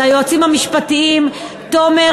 ליועצים המשפטיים תומר,